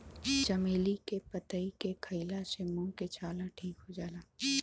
चमेली के पतइ के खईला से मुंह के छाला ठीक हो जाला